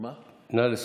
נא לסכם.